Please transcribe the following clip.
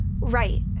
Right